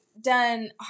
done